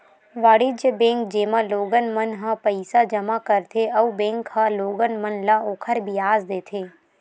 वाणिज्य बेंक, जेमा लोगन मन ह पईसा जमा करथे अउ बेंक ह लोगन मन ल ओखर बियाज देथे